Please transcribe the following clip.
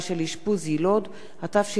התשע"ב 2011,